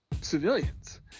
civilians